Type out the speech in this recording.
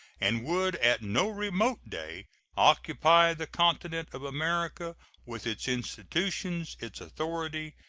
and would at no remote day occupy the continent of america with its institutions, its authority,